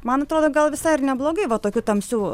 man atrodo gal visai ir neblogai va tokiu tamsiu